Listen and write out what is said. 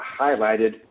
highlighted